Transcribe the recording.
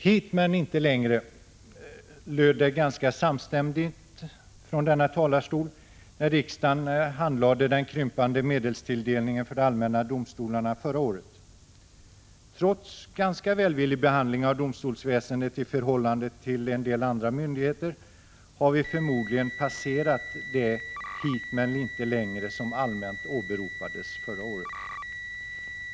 ”Hit men inte längre”, löd det ganska samstämmigt från denna talarstol, när riksdagen handlade den krympande medelstilldelningen för de allmänna domstolarna Prot. 1985/86:134 förra året. Trots en ganska välvillig behandling av domstolsväsendet i förhållande till en del andra myndigheter har vi förmodligen passerat det ”hit men inte längre” som allmänt åberopades förra året.